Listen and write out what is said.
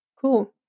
Cool